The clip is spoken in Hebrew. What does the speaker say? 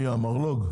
מי, המרלו"ג?